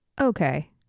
Okay